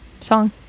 song